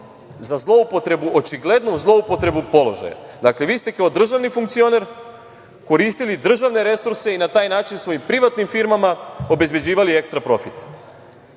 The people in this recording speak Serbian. je osnov za očiglednu zloupotrebu položaja. Dakle, vi ste kao državni funkcioner koristili državne resurse i na taj način svojim privatnim firmama obezbeđivali ekstra profit.